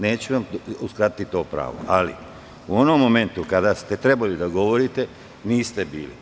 Neću vam uskratiti to pravo, ali u onom momentu kada ste trebali da govorite niste bili…